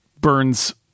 burns